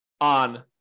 on